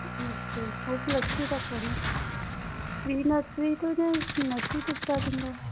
ਅੱਛਾ ਜੀ ਉਹ ਪਲਸ ਟੂ ਤੱਕ ਆ ਨਾ ਪ੍ਰੀ ਨਰਸਰੀ ਤੋਂ ਜਾਂ ਨਰਸਰੀ ਤੋਂ ਸਟਾਰਟਿੰਗ ਆ ਉਹ